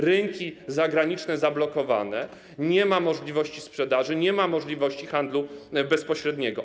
Rynki zagraniczne są zablokowane, nie ma możliwości sprzedaży, nie ma możliwości handlu bezpośredniego.